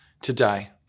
today